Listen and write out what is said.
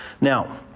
Now